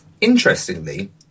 Interestingly